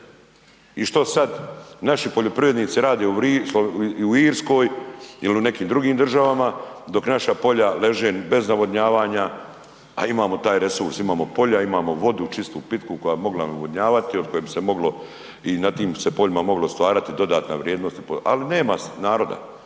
I što sad? Naši poljoprivrednici rade i u Irskoj ili u nekim drugim državama, dok naša polja leže bez navodnjavanja, a imamo taj resurs, imamo polja, imamo vodu čistu, pitku koja bi mogla navodnjavati, od koje bi se moglo i na tim se poljima moglo stvarati dodatna vrijednost, ali nema naroda.